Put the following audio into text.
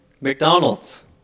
McDonald's